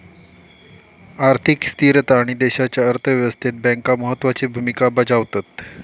आर्थिक स्थिरता आणि देशाच्या अर्थ व्यवस्थेत बँका महत्त्वाची भूमिका बजावतत